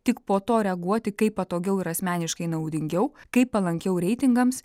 tik po to reaguoti kaip patogiau ir asmeniškai naudingiau kaip palankiau reitingams